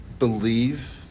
Believe